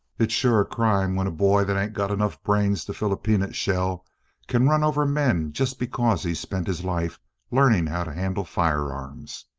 it's sure a crime when a boy that ain't got enough brains to fill a peanut shell can run over men just because he's spent his life learning how to handle firearms.